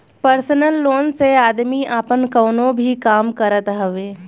personal loan से आदमी आपन कवनो भी काम करत हवे